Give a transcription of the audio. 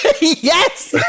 Yes